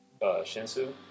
Shinsu